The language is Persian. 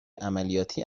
عملیاتی